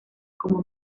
como